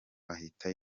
ahita